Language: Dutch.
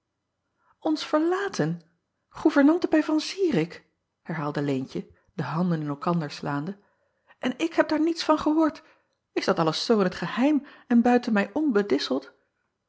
ns verlaten oevernante bij an irik herhaalde eentje de handen in elkander slaande en ik acob van ennep laasje evenster delen heb daar niets van gehoord s dat alles zoo in t geheim en buiten mij